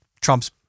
Trump's